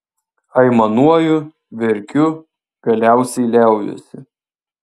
aimanuoju verkiu galiausiai liaujuosi